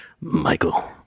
Michael